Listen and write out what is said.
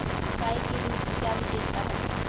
गाय के दूध की क्या विशेषता है?